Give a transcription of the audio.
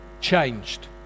changed